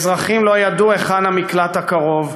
ואזרחים לא ידעו היכן המקלט הקרוב,